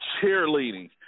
cheerleading